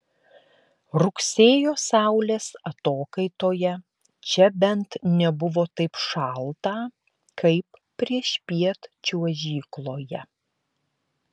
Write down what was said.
rugsėjo saulės atokaitoje čia bent nebuvo taip šalta kaip priešpiet čiuožykloje